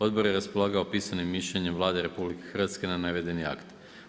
Odbor je raspolagao pisanim mišljenjem Vlade RH na navedeni akt.